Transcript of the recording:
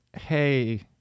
hey